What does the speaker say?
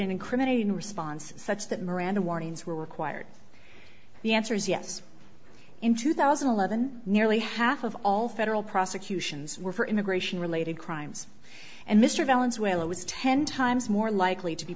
incriminating response such that miranda warnings were required the answer is yes in two thousand and eleven nearly half of all federal prosecutions were for immigration related crimes and mr beilin swale it was ten times more likely to be